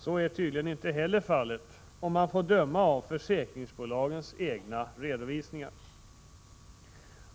Så är tydligen inte heller fallet om man får döma av försäkringsbolagens redovisningar.